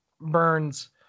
burns